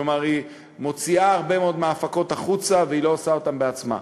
כלומר היא מוציאה הרבה מאוד מההפקות החוצה והיא לא עושה אותן בעצמה.